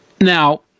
Now